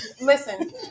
Listen